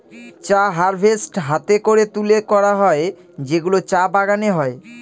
চা হারভেস্ট হাতে করে তুলে করা হয় যেগুলো চা বাগানে হয়